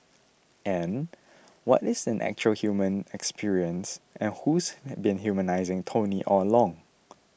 and what is an actual human experience and who's been humanising Tony all along